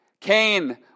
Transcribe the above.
Cain